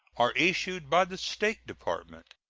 are issued by the state department.